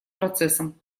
процессом